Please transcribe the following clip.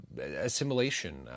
assimilation